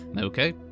Okay